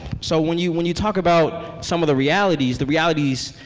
so when you when you talk about some of the realities, the realities